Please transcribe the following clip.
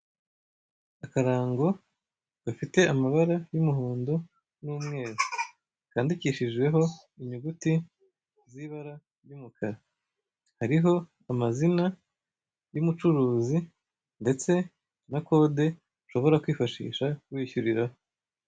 Akarango gafite amabara y'umuhondo n'umweru kandikishijeho inyuguti z'ibara ry'umukara hariho amazina y'umucuruzi ndetse na kode ushobora kwifashisha wishyuriraho.